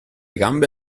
gambe